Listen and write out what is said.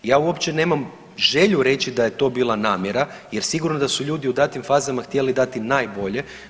Ja uopće nemam želju reći da je to bila namjera jer sigurno da su ljudi u datim fazama htjeli dati najbolje.